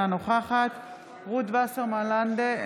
אינה נוכחת רות וסרמן לנדה,